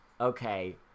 okay